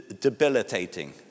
debilitating